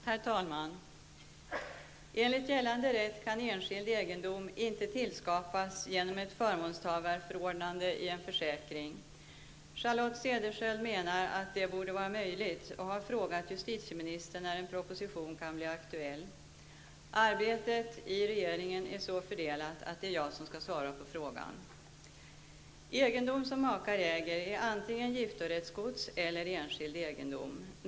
Herr talman! Enligt gällande rätt kan enskild egendom inte tillskapas genom ett förmånstagarförordnande i en försäkring. Charlotte Cederschiöld menar att detta borde vara möjligt och har frågat justitieministern när en proposition kan bli aktuell. Arbetet i regeringen är så fördelat att det är jag som skall svara på frågan. Egendom som makar äger är antingen giftorättsgods eller enskild egendom.